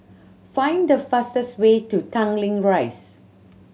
find the fastest way to Tanglin Rise